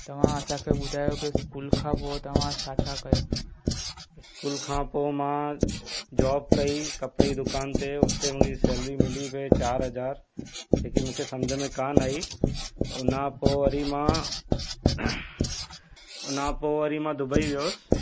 तव्हां असांखे ॿुधायो की स्कूल खां पोइ तव्हां छा छा कयो इस्कूल खां पोइ मां जॉब कई कपिड़े जी दुकान ते उते मुंहिंजी सैलरी मिली पिए चारि हज़ार जेकी मूंखे समुझ में कान आई त हुन खां पोइ वरी मां हुन खां पोइ वरी मां दुबई वियुसि